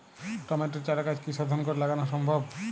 টমেটোর চারাগাছ কি শোধন করে লাগানো সম্ভব?